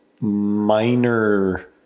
minor